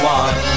one